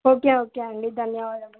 okay okay అండి ధన్యవాదములు